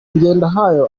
ngendahayo